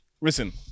Listen